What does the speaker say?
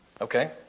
Okay